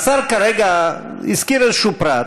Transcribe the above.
השר כרגע הזכיר איזשהו פרט,